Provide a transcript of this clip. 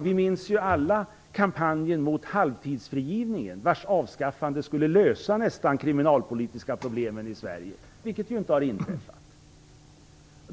Vi minns alla kampanjen mot halvtidsfrigivningen. Avskaffandet av denna skulle ju nästan lösa de kriminalpolitiska problemen i Sverige, men det har ju inte inträffat.